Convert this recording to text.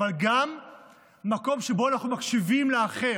אבל גם מקום שבו אנחנו מקשיבים לאחר,